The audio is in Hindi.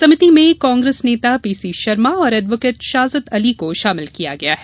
समिति में कांग्रेस नेता पी सी शर्मा और एडवोकेट साजिद अली को शामिल किया गया है